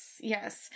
Yes